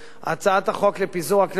הצעת החוק לפיזור הכנסת,